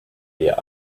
wir